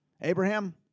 Abraham